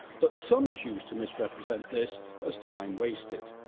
but some choose to misrepresent this as time wasted.